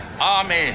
army